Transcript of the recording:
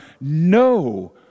no